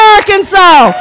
Arkansas